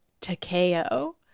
Takeo